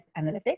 Analytics